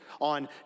on